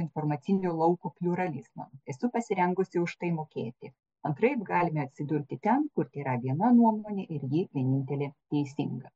informacinio lauko pliuralizmą esu pasirengusi už tai mokėti antraip galime atsidurti ten kur tėra viena nuomonė ir ji vienintelė teisinga